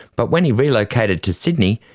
but when he relocated to sydney,